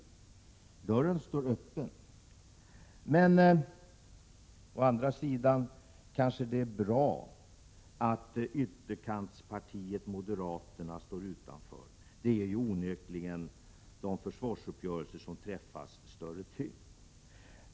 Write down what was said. Dörren står öppen. Men det är kanske bra att ytterkantspartiet moderaterna står utanför. Det ger onekligen de försvarsuppgörelser som träffas större tyngd.